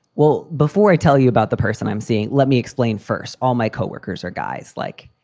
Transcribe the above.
well, before i tell you about the person i'm seeing, let me explain first. all my co-workers are guys like,